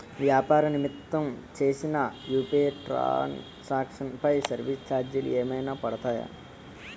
వ్యాపార నిమిత్తం చేసిన యు.పి.ఐ ట్రాన్ సాంక్షన్ పై సర్వీస్ చార్జెస్ ఏమైనా పడతాయా?